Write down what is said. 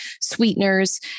sweeteners